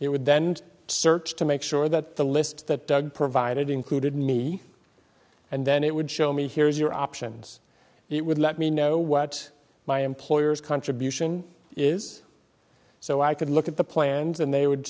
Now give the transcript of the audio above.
he would then search to make sure that the list that doug provided included me and then it would show me here is your options it would let me know what my employer's contribution is so i could look at the plans and they would